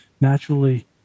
naturally